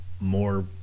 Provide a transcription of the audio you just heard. more